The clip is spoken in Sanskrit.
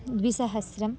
द्विसहस्रं